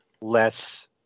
less